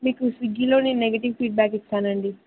మీకు స్విగ్గిలోను negative feedback ఇచ్చానండి